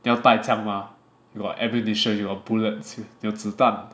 要带枪 mah you got ammunition you got bullets 你有子弹